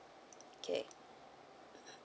okay